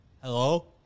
Hello